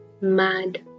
mad